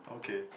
okay